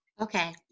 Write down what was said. Okay